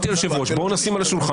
באיזה שלב?